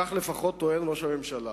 כך לפחות טוען ראש הממשלה.